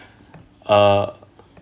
uh